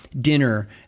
dinner